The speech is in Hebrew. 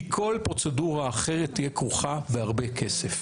כי כל פרוצדורה אחרת תהיה כרוכה בהרבה כסף.